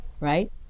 right